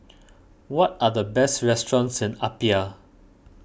what are the best restaurants in Apia